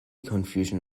confusion